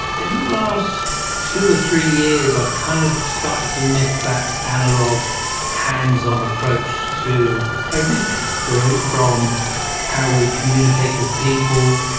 in the last two or three years, i've kind of started to miss that analog hands-on approach to everything really, from how we communicate with people,